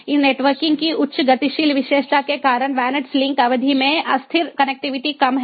इन नेटवर्कों की उच्च गतिशील विशेषता के कारण VANETs लिंक अवधि में अस्थिर कनेक्टिविटी कम है